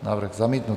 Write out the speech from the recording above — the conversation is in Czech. Návrh zamítnut.